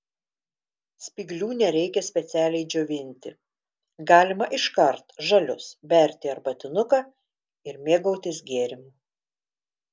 spyglių nereikia specialiai džiovinti galima iškart žalius berti į arbatinuką ir mėgautis gėrimu